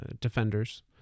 defenders